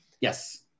Yes